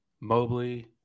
mobley